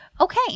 okay